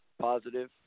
positive